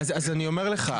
אז אני אומר לך,